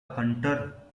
hunter